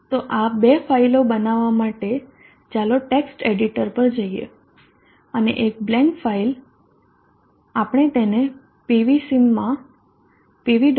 તો આ બે ફાઇલો બનાવવા માટે ચાલો ટેક્સ્ટ એડિટર પર જઈએ અને એક બ્લેન્ક ફાઇલ આપણે તેને pvsimમાં pv